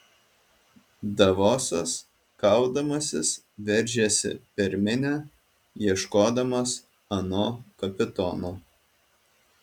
davosas kaudamasis veržėsi per minią ieškodamas ano kapitono